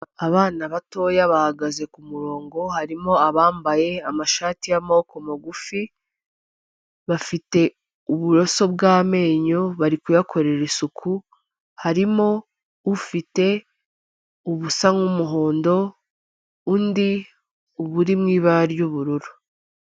Abana batoya bahagaze ku murongo, harimo abambaye amashati y'amamoboko magufi, bafite uburoso bw'amenyo bari kuyakorera isuku, harimo ufite ubusa nk'umuhondo undi uburi mu ibara ry'ubururu.